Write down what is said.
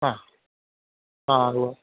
ആ ആ അത് വേണം